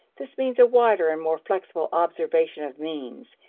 this means a wider and more flexible observation of means.